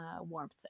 warmth